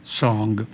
song